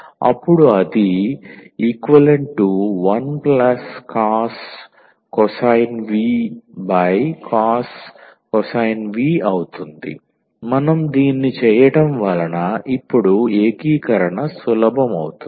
అపుడు ఇది 1cos v cos v మనం దీన్ని చేయటం వలన ఇప్పుడు ఏకీకరణ సులభం అవుతుంది